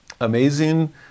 amazing